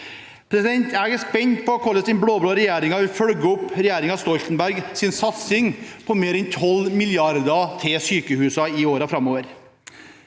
Jeg er spent på hvorledes den blå-blå regjeringen vil følge opp regjeringen Stoltenbergs satsing på mer enn 12 mrd. kr til sykehusene i årene framover.